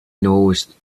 knows